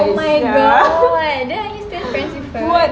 oh my god then are you still texting her